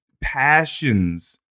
passions